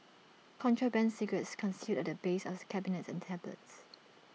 contraband cigarettes concealed at the base of cabinets and tablets